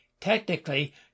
Technically